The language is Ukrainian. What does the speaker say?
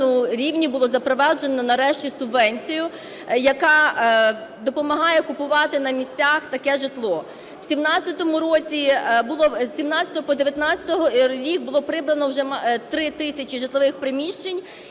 рівні було запроваджено нарешті субвенцію, яка допомагає купувати на місцях таке житло. З 2017 по 2019 рік було придбано вже 3 тисячі житлових приміщень,